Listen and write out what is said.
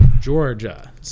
Georgia